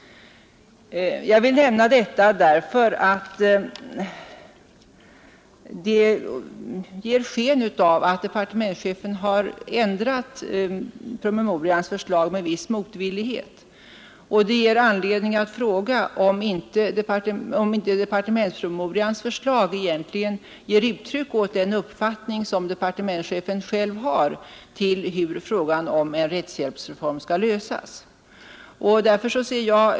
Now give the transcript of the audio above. Jag vill nämna detta därför att det ger sken av att departementschefen har ändrat promemorians förslag med viss motvillighet, och det ger mig anledning att fråga, om inte departementspromemorians förslag egentligen ger uttryck åt den uppfattning som departementschefen själv har om hur en rättshjälpsreform skall genomföras.